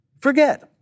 forget